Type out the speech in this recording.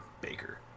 Baker